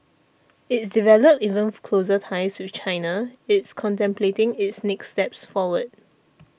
it's developed even closer ties with China it's contemplating its next steps forward